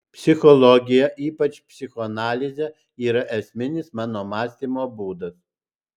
psichologija ypač psichoanalizė yra esminis mano mąstymo būdas